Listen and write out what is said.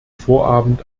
vorabend